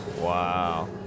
Wow